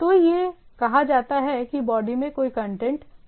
तो यह कहा जाता है कि बॉडी में कोई कंटेंट नहीं है